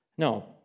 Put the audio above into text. No